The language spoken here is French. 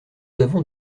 avons